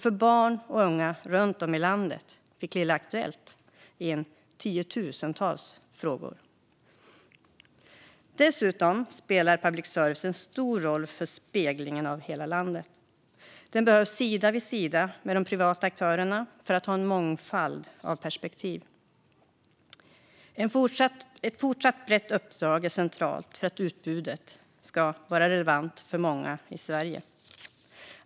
Från barn och unga runt om i landet fick Lilla Aktuellt in tiotusentals frågor. Dessutom spelar public service en stor roll för speglingen av hela landet. Den behövs sida vid sida med de privata aktörerna för att ge en mångfald av perspektiv. Ett fortsatt brett uppdrag är centralt för att utbudet ska vara relevant för många i Sverige.